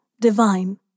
divine